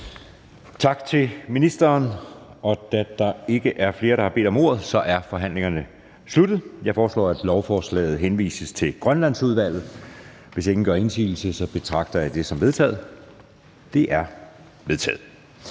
Tak til ministeren. Da der ikke er flere, der har bedt om ordet, er forhandlingen sluttet. Jeg foreslår, at lovforslaget henvises til Grønlandsudvalget. Hvis ingen gør indsigelse, betragter jeg det som vedtaget. Det er vedtaget.